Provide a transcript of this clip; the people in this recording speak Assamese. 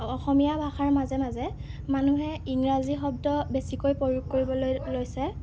অসমীয়া ভাষাৰ মাজে মাজে মানুহে ইংৰাজী শব্দ বেছিকৈ প্ৰয়োগ কৰিবলৈ লৈছে